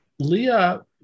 Leah